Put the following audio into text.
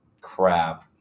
crap